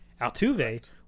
Altuve